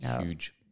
Huge